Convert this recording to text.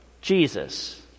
Jesus